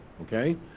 okay